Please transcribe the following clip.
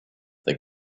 they